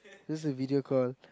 just a video call